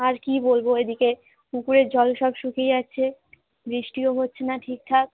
আর কী বলবো এদিকে পুকুরের জল সব শুকিয়ে যাচ্ছে বৃষ্টিও হচ্ছে না ঠিকঠাক